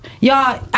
Y'all